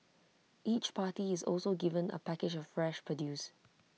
each party is also given A package of fresh produce